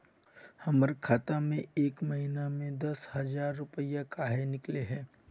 हमर खाता में एक महीना में दसे हजार रुपया काहे निकले है?